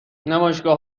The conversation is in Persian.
نمایشگاه